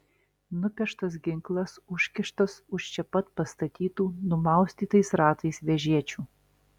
nupeštas ginklas užkištas už čia pat pastatytų numaustytais ratais vežėčių